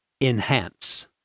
Enhance